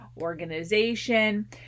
organization